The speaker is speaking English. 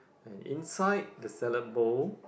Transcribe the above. and inside the salad bowl